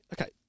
Okay